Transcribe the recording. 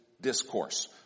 discourse